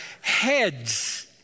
heads